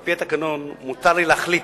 על-פי התקנון, מותר לי להחליט